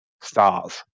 stars